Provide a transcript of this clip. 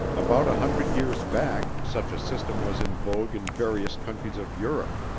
about a hundred years back, such a system was in vogue in various countries of europe.